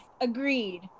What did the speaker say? agreed